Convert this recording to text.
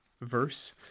verse